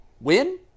Win